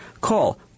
Call